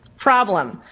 problem,